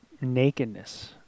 nakedness